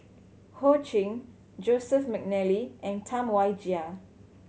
Ho Ching Joseph McNally and Tam Wai Jia